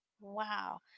wow